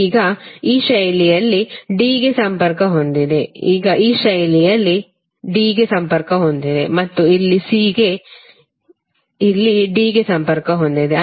ಈಗ c ಈ ಶೈಲಿಯಲ್ಲಿ d ಗೆ ಸಂಪರ್ಕ ಹೊಂದಿದೆ ಇಲ್ಲಿ c ಈ ಶೈಲಿಯಲ್ಲಿ d ಗೆ ಸಂಪರ್ಕ ಹೊಂದಿದೆ ಮತ್ತು ಇಲ್ಲಿ c ಈ ಶೈಲಿಯಲ್ಲಿ d ಗೆ ಸಂಪರ್ಕ ಹೊಂದಿದೆ